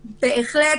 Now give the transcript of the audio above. להבנתנו,